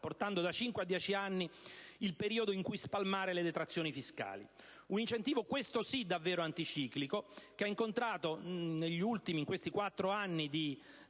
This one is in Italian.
portando da 5 a 10 anni il periodo in cui spalmare le detrazioni fiscali. Un incentivo, questo sì, davvero anticiclico, che ha incontrato nei quattro anni in